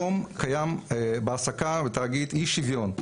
היום בתאגיד קיים אי שוויון בהעסקה,